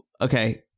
okay